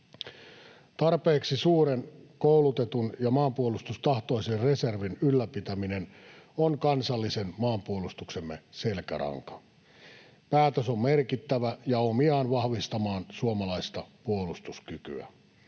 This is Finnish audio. Tarpeeksi suuren koulutetun ja maanpuolustustahtoisen reservin ylläpitäminen on kansallisen maanpuolustuksemme selkäranka. Päätös on merkittävä ja omiaan vahvistamaan suomalaista puolustuskykyä.